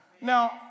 Now